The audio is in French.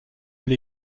elle